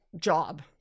job